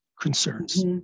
concerns